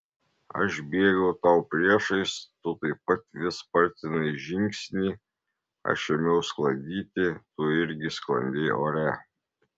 aš bėgau tau priešais tu taip pat vis spartinai žingsnį aš ėmiau sklandyti tu irgi sklandei ore